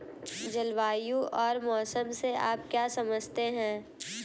जलवायु और मौसम से आप क्या समझते हैं?